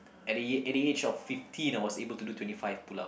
at the at the age of fifteen I was able to do twenty five pull-up